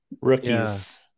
rookies